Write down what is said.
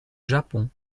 japon